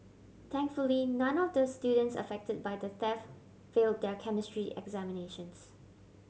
thankfully none of the students affected by the theft fail their Chemistry examinations